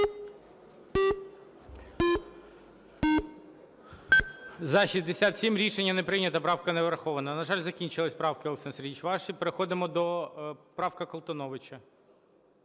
За-67 Рішення не прийнято. Правка не врахована. На жаль, закінчилися правки, Олександре Сергійовичу, ваші. Переходимо до правки Колтуновича.